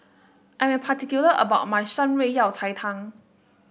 I am particular about my Shan Rui Yao Cai Tang